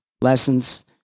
lessons